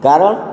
କାରଣ